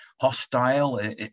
hostile